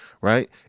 right